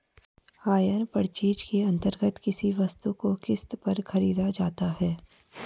higher purchase के अंतर्गत किसी वस्तु को किस्त पर खरीदा जाता है